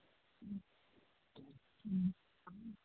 ᱦᱮᱸ